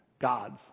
gods